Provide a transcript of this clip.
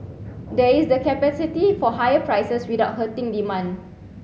there is the capacity for higher prices without hurting demand